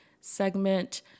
segment